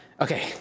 okay